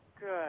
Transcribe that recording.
Good